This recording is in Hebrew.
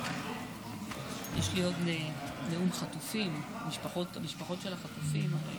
ו-134 חטופות וחטופים עדיין